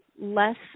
less